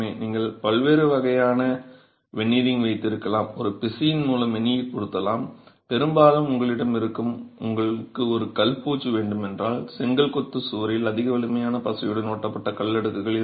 நீங்கள் பல்வேறு வகையான வெனீரிங் வைத்திருக்கலாம் ஒரு பிசின் மூலம் வெனீர் பொருத்தலாம் பெரும்பாலும் உங்களிடம் இருக்கும் உங்களுக்கு ஒரு கல் பூச்சு வேண்டுமென்றால் செங்கல் கொத்து சுவரில் அதிக வலிமையான பசையுடன் ஒட்டப்பட்ட கல் அடுக்குகள் இருக்கும்